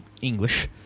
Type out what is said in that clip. English